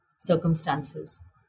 circumstances